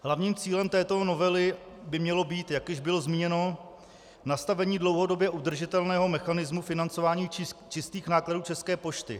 Hlavním cílem této novely by mělo být, jak již bylo zmíněno, nastavení dlouhodobě udržitelného mechanismu financování čistých nákladů České pošty.